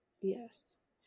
Yes